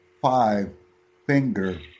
five-finger